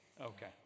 Okay